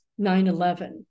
9-11